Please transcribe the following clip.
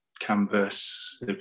canvas